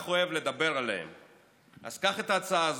אוהב לדבר עליהם אז קח את ההצעה הזאת,